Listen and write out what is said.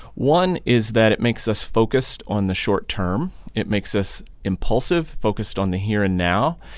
one is that it makes us focused on the short term. it makes us impulsive, focused on the here and now.